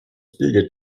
bildet